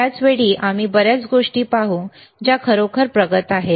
त्याच वेळी आम्ही बर्याच गोष्टी पाहू ज्या खरोखर प्रगत आहेत